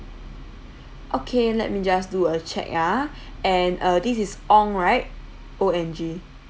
okay let me just do a check ah and uh this is ong right O N G